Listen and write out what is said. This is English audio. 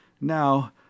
Now